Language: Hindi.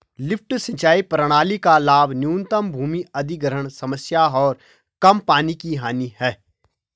लिफ्ट सिंचाई प्रणाली का लाभ न्यूनतम भूमि अधिग्रहण समस्या और कम पानी की हानि है